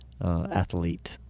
athlete